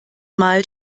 mal